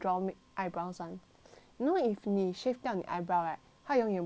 you know if 你 shave 掉你 eyebrow 它永远不会再长了吗